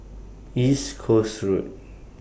East Coast Road